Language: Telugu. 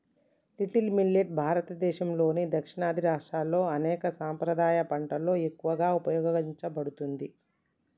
లిటిల్ మిల్లెట్ భారతదేసంలోని దక్షిణాది రాష్ట్రాల్లో అనేక సాంప్రదాయ పంటలలో ఎక్కువగా ఉపయోగించబడుతుంది